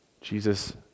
Jesus